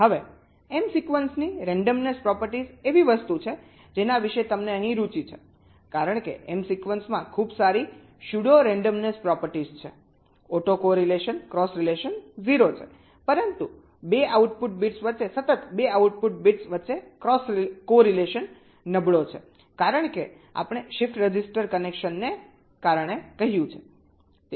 હવે એમ સિક્વન્સની randomness properties એવી વસ્તુ છે જેના વિશે તમને અહીં રુચિ છે કારણ કે એમ સિક્વન્સમાં ખૂબ સારી સ્યુડો રેન્ડમનેસ પ્રોપર્ટીઝ છે ઓટો કોરિલેશન ક્રોસ કોરિલેશન 0 છે પરંતુ 2 આઉટપુટ બિટ્સ વચ્ચે સતત 2 આઉટપુટ બિટ્સ વચ્ચે ક્રોસ કોરિલેશન નબળો છે કારણ કે આપણે શિફ્ટ રજિસ્ટર કનેક્શનને કારણે કહ્યું છે